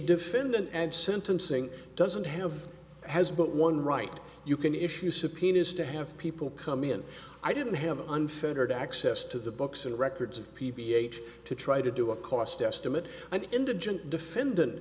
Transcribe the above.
defendant and sentencing doesn't have has but one right you can issue subpoenas to have people come in i didn't have unfettered access to the books and records of p p h to try to do a cost estimate an indigent defendant